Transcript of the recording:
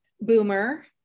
boomer